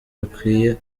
bikwiye